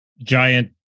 giant